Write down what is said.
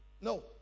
No